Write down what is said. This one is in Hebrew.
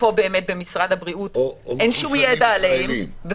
ופה באמת במשרד הבריאות אין שום מידע עליהם.